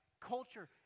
Culture